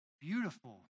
beautiful